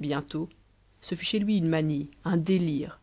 bientôt ce fut chez lui une manie un délire